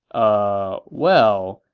ah, well,